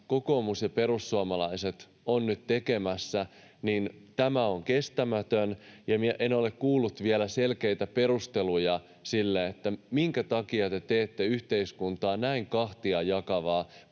kokoomus ja perussuomalaiset ovat nyt tekemässä, on kestämätön, ja en ole kuullut vielä selkeitä perusteluja sille, minkä takia te teette yhteiskuntaa näin kahtia jakavaa